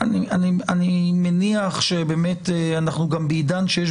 אני מניח שאנחנו גם נמצאים בעידן שיש